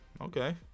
okay